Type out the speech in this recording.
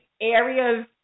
areas